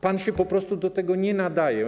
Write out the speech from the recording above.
Pan się po prostu do tego nie nadaje.